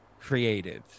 creative